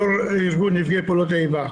יו"ר ארגון נפגעי פעולות האיבה.